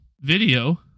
video